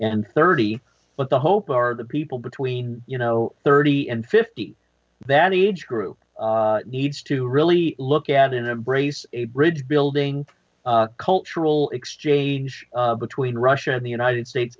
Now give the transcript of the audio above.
and thirty but the hope are the people between you know thirty and fifty that the age group needs to really look at an embrace a bridge building cultural exchange between russia and the united states